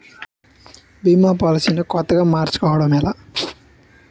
భీమా policy కొత్తగా మార్చుకోవడం ఎలా?